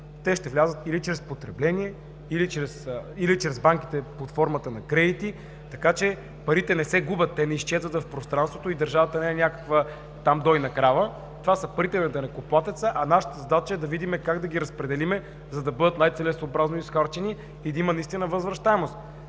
те ще влязат или чрез потребление, или чрез банките под формата на кредити, така че парите не се губят, те не изчезват в пространството и държавата не е някаква дойна крава – това са парите на данъкоплатеца. Нашата задача е да видим как да ги разпределим, за да бъдат най-целесъобразно изхарчени и да има наистина възвръщаемост.